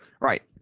right